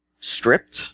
stripped